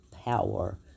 power